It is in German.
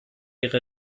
ihre